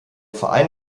verein